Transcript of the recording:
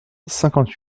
cinquante